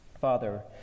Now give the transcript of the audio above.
Father